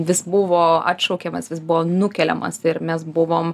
vis buvo atšaukiamas vis buvo nukeliamas ir mes buvom